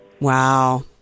Wow